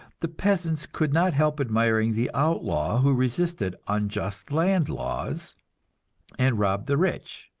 the peasants could not help admiring the outlaw who resisted unjust land laws and robbed the rich,